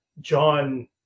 John